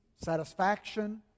satisfaction